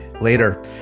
Later